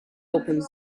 open